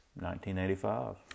1985